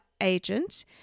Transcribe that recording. agent